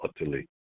utterly